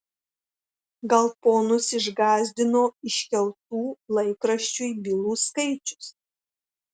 gal ponus išgąsdino iškeltų laikraščiui bylų skaičius